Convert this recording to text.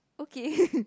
okay